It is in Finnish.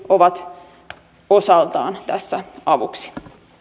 ovat osaltaan tässä avuksi